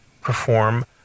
perform